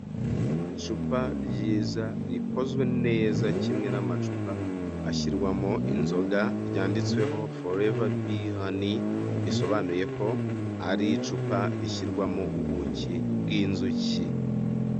Icupa ryiza rikozwe neza kimwe n'amacupa ashyirwamo inzoga ryanditsweho foreva bi hani, bisobanuye ko ari icupa rishyirwamo ubuki bw'inzuki.